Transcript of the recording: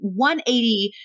180